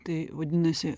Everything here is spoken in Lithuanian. tai vadinasi